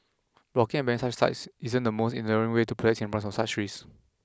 blocking and banning such sites isn't the most enduring way to protect Singaporeans from such risks